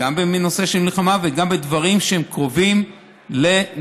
גם בנושא של מלחמה וגם בדברים שהם קרובים למלחמה,